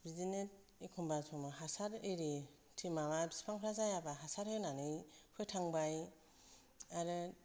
बिदिनो एखनबा समाव हासार एरि थि माबा फिफांफ्रा जायाबा हासार होनानै फोथांबाय आरो